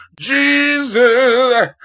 Jesus